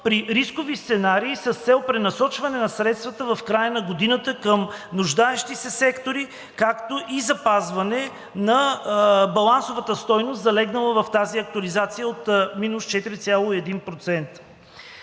при рискови сценарии с цел пренасочване на средствата в края на годината към нуждаещи се сектори, както и запазване на балансната стойност, залегнала в тази актуализация от минус 4,1%.